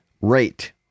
rate